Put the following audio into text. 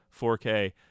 4K